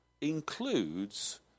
includes